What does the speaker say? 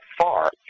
far